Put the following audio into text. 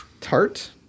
Tart